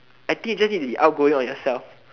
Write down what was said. I think you just need to be outgoing or yourself